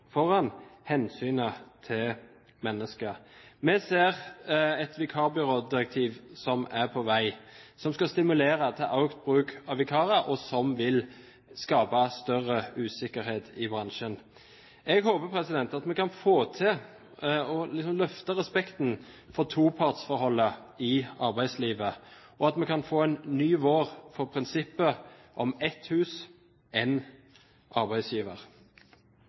foran hensynet til mennesker. Vi ser et vikarbyrådirektiv som er på vei, som skal stimulere til økt bruk av vikarer, og som vil skape større usikkerhet i bransjen. Jeg håper at vi kan få til å løfte respekten for topartsforholdet i arbeidslivet, og at vi kan få en ny vår for prinsippet om ett hus, én arbeidsgiver.